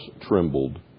trembled